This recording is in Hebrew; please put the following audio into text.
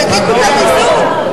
תדליקו את המיזוג,